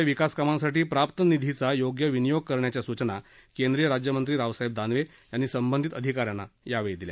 जिल्ह्यात ग्रामीण भागातल्या विकास कामांसाठी प्राप्त निधीचा योग्य विनियोग करण्याच्या सूचना केंद्रीय राज्यमंत्री रावसाहेब दानवे यांनी संबंधित अधिकाऱ्यांना यावेळी दिल्या